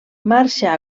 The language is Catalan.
marxa